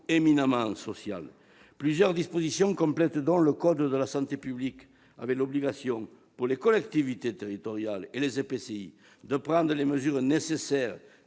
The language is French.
éminemment sociale. Plusieurs dispositions complètent ainsi le code de la santé publique, afin d'obliger les collectivités territoriales et les EPCI à prendre les mesures nécessaires